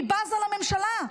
והיא בזה לממשלה.